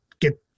get